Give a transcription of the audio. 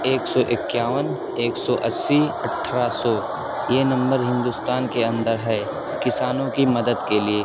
ایک سو اکیاون ایک سو اسی اٹھرہ سو یہ نمبر ہندوستان کے اندر ہے کسانوں کی مدد کے لیے